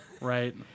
right